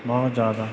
बहुत ज्यादा